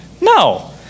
No